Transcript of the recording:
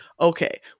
Okay